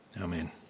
Amen